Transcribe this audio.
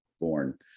born